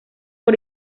por